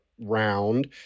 round